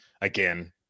again